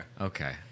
Okay